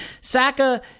Saka